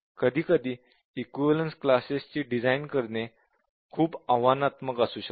कधी कधी equivalence classes ची डिझाईन करणे खूप आव्हानात्मक असू शकते